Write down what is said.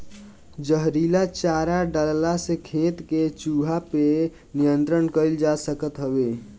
जहरीला चारा डलला से खेत के चूहा पे नियंत्रण कईल जा सकत हवे